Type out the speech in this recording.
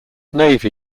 navy